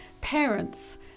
Parents